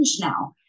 now